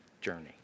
journey